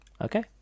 okay